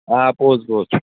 آ پوٚز پوٚز